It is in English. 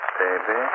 baby